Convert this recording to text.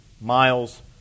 Miles